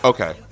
Okay